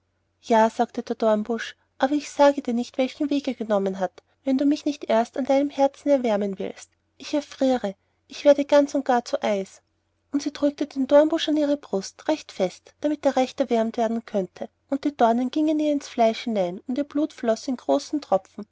ja sagte der dornbusch aber ich sage dir nicht welchen weg er genommen wenn du mich nicht erst an deinem herzen erwärmen willst ich erfriere ich werde ganz und gar zu eis und sie drückte den dornbusch an ihre brust recht fest damit er recht erwärmt werden könnte und die dornen gingen in ihr fleisch hinein und ihr blut floß in großen tropfen